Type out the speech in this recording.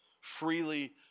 Freely